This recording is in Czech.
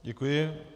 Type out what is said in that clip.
Děkuji.